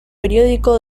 periódico